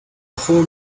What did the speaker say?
whole